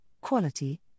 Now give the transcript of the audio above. quality